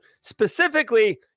Specifically